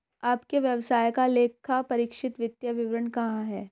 आपके व्यवसाय का लेखापरीक्षित वित्तीय विवरण कहाँ है?